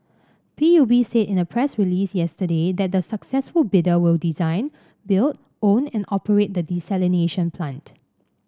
P U B said in a press release yesterday that the successful bidder will design build own and operate the desalination plant